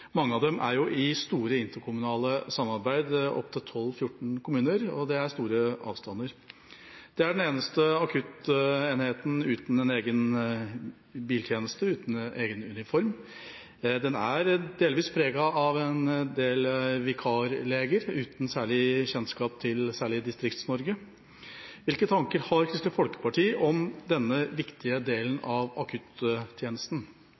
mange av dem er i store interkommunale samarbeid, opptil 12–14 kommuner, og det er store avstander. Det er den eneste akuttenheten uten en egen biltjeneste, uten en egen uniform. Den er delvis preget av en del vikarleger uten særlig kjennskap til Distrikts-Norge. Hvilke tanker har Kristelig Folkeparti om denne viktige delen av